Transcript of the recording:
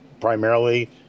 primarily